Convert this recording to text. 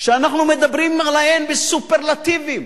שאנחנו מדברים עליהן בסופרלטיבים,